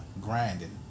grinding